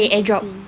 okay AirDrop